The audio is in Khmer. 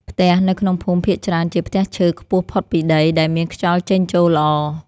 ផ្ទះនៅក្នុងភូមិភាគច្រើនជាផ្ទះឈើខ្ពស់ផុតពីដី ដែលមានខ្យល់ចេញចូលល្អ។